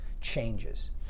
changes